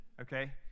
Okay